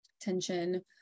Tension